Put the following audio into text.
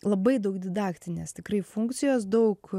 labai daug didaktinės tikrai funkcijos daug